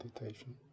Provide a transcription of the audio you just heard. meditation